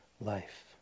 life